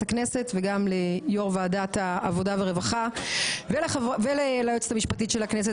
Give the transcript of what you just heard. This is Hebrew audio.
הכנסת וגם יו"ר ועדת העבודה והרווחה וליועצת המשפטית של הכנסת,